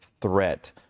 threat